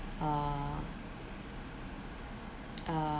uh uh